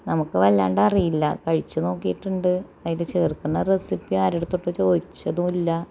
നമുക്ക് വല്ലാണ്ടറിയില്ല കഴിച്ച് നോക്കിയിട്ടുണ്ട് അതിന്റെ ചേര്ക്കുന്ന റെസിപ്പി ആരുടെ അടുത്തും ചോദിച്ചതുമില്ല